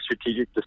strategic